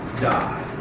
die